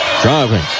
Driving